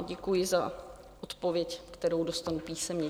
Děkuji za odpověď, kterou dostanu písemně.